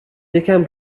یکم